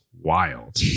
wild